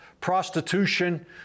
prostitution